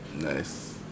Nice